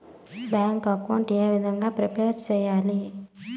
Bank account ఏ విధంగా prepare సెయ్యాలి?